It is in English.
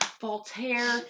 Voltaire